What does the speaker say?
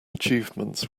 achievements